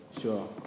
Sure